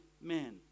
man